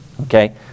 okay